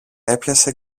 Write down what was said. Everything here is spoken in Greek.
έπιασε